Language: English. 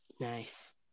nice